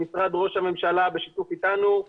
במשרד ראש הממשלה בשיתוף אתנו,